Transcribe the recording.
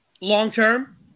Long-term